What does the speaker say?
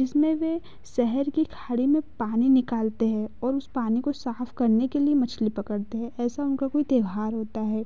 जिसमें शहर की खाड़ी में पानी निकालते हैं और उस पानी को साफ़ होने के लिए मछली पकड़ते हैं ऐसा उनका कोई त्योहार होता है